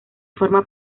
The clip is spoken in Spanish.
forma